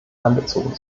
einbezogen